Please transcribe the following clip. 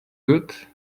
good